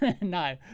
No